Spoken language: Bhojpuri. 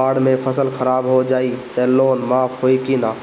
बाढ़ मे फसल खराब हो जाई त लोन माफ होई कि न?